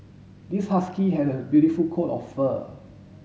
this husky had a beautiful coat of fur